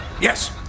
Yes